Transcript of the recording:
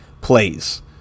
plays